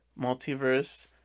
multiverse